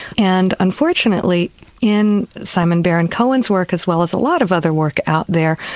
and unfortunately in simon baron-cohen's work as well as a lot of other work out there,